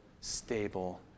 stable